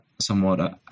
somewhat